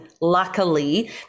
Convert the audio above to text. luckily